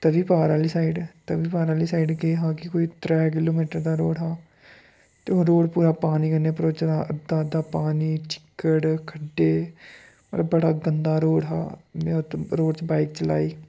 तवी पार आह्ली साइड तवी पार आह्ली साइड केह् हा कि कोई त्रै किलो मीटर दा रोड़ हा ते ओह् रोड़ पूरा पानी कन्नै भरोचे दा हा अद्धा अद्धा पानी चिक्कड़ खड्डे मतलब बड़ा गंदा रोड़ हा में ओत्त रोड़ च बाइक चलाई